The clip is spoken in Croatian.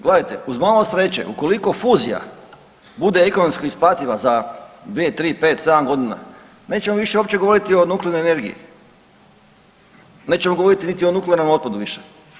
Gledajte, uz malo sreće ukoliko fuzija bude ekonomski isplativa za 2, 3, 5, 7.g. nećemo više uopće govoriti o nuklearnog energiji, nećemo govoriti niti o nuklearnom otpadu više.